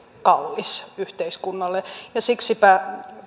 kallis yhteiskunnalle siksipä